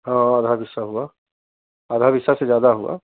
हाँ आधा बिस्सा हुआ आधा बिस्सा से ज़्यादा हुआ